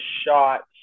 shot